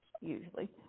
usually